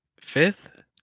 fifth